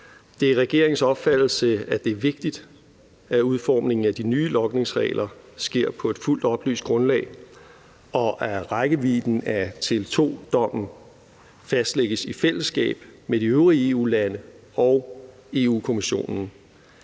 Det er regeringens opfattelse, at det er vigtigt, at udformningen af de nye logningsregler sker på et fuldt oplyst grundlag, og at rækkevidden af Tele2-dommen fastlægges i fællesskab med de øvrige EU-lande og Europa-Kommissionen.